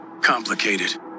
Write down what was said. complicated